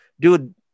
dude